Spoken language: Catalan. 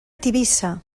tivissa